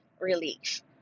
relief